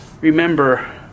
Remember